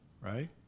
right